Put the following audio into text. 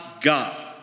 God